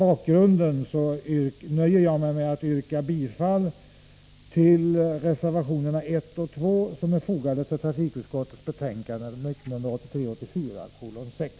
Mot den här bakgrunden yrkar jag bifall till reservationerna 1 och 2 till trafikutskottets betänkande 1983/84:6.